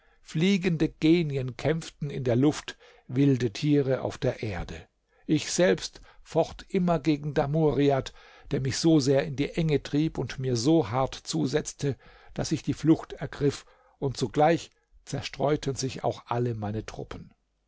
fliegende genien kämpften in der luft wilde tiere auf der erde ich selbst focht immer gegen damuriat der mich so sehr in die enge trieb und mir so hart zusetzte daß ich die flucht ergriff und sogleich zerstreuten sich auch alle meine truppen